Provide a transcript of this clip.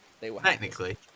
Technically